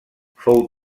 fou